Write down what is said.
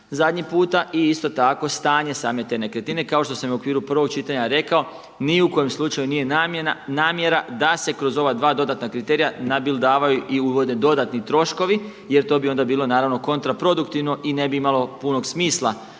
zadnji puta. I isto tako stanje same te nekretnine kao što sam i u okviru prvog čitanja rekao ni u kojem slučaju nije namjera da se kroz ova dva dodatna kriterija nabildavaju i uvode dodatni troškovi jer to bi onda bilo naravno kontra produktivno i ne bi imalo punog smisla